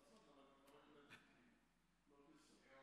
תעסוק,